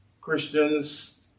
Christians